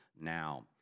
now